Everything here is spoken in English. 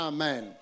Amen